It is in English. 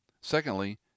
Secondly